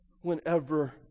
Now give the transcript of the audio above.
whenever